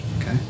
Okay